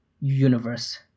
universe